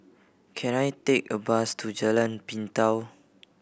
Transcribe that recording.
can I take a bus to Jalan Pintau